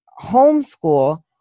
homeschool